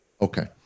Okay